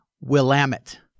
Willamette